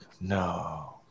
No